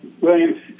William's